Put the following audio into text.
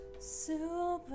Super